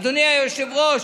אדוני יושב-ראש,